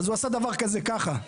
אז הוא עשה דבר כזה, ככה.